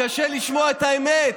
קשה לשמוע את האמת?